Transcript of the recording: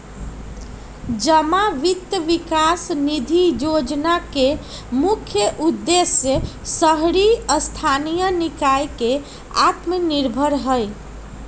जमा वित्त विकास निधि जोजना के मुख्य उद्देश्य शहरी स्थानीय निकाय के आत्मनिर्भर हइ